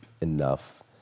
enough